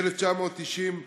מ-1990,